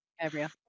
area